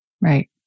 Right